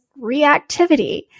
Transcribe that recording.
reactivity